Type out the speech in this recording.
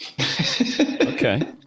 Okay